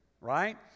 Right